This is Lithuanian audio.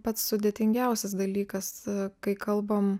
pats sudėtingiausias dalykas kai kalbam